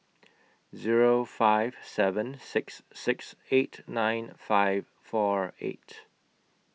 Zero five seven six six eight nine five four eight